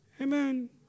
Amen